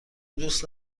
دوست